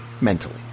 mentally